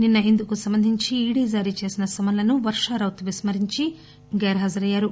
నిన్న ఇందుకు సంబంధించి ఈడీ జారీ చేసిన సమన్లను వర్ష రౌత్ విస్మరించి గైర్హాజరు అయ్యారు